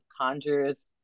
Conjures